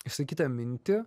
išsakytą mintį